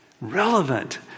relevant